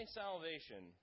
salvation